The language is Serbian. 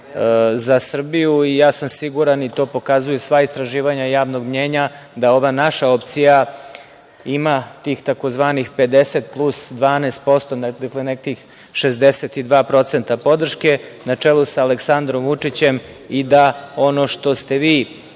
za Srbiju. Ja sam siguran i to pokazuju sva istraživanja javnog mnjenja da ova naša opcija ima tih tzv. 50 plus 12%, dakle nekih 62% podrške na čelu sa Aleksandrom Vučićem i da ono što ste vi